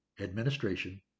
administration